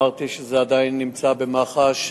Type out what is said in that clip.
אמרתי שזה עדיין נמצא במח"ש,